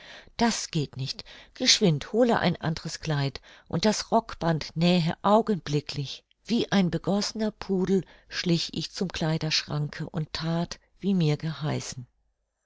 das geht nicht geschwind hole ein andres kleid und das rockband nähe augenblicklich wie ein begossener pudel schlich ich zum kleiderschranke und that wie mir geheißen